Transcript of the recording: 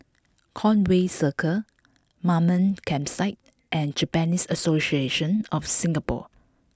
Conway Circle Mamam Campsite and Japanese Association of Singapore